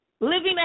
Living